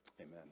amen